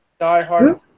diehard